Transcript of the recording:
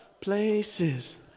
places